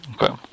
okay